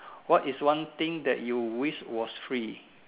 what is one thing that you wish was free